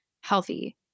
healthy